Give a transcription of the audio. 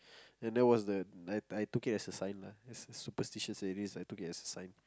and that was the I I took it a sign lah is superstitious already so I took it as a sign lah